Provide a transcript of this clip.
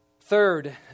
Third